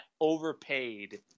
overpaid